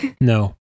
No